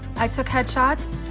i took head shots,